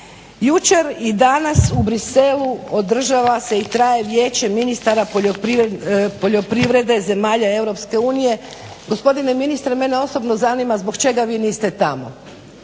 Jučer i danas u Bruxellesu održava se i traje Vijeće ministara poljoprivrede zemalja EU. Gospodine ministre mene osobno zanima zbog čega vi niste tamo.